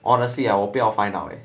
honestly ah 我不要 find out leh